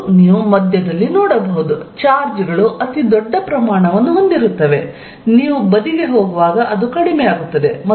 ಮತ್ತು ನೀವು ಮಧ್ಯದಲ್ಲಿ ನೋಡಬಹುದು ಚಾರ್ಜ್ ಗಳು ಅತಿದೊಡ್ಡ ಪ್ರಮಾಣವನ್ನು ಹೊಂದಿರುತ್ತವೆ ಮತ್ತು ನೀವು ಬದಿಗೆ ಹೋಗುವಾಗ ಅದು ಕಡಿಮೆಯಾಗುತ್ತದೆ